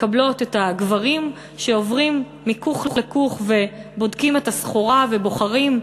מקבלות את הגברים שעוברים מכוך לכוך ובודקים את הסחורה ובוחרים.